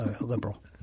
liberal